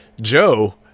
Joe